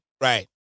right